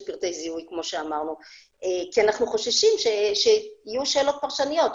פרטי זיהוי כי אנחנו חוששים שיהיו שאלות פרשניות.